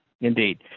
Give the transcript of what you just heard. Indeed